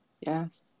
Yes